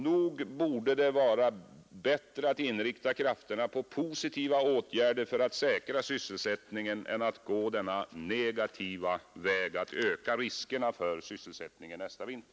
Nog borde det vara bättre att inrikta krafterna på positiva åtgärder för att säkra sysselsättningen än att gå denna negativa väg — att öka riskerna för arbetslöshet nästa vinter.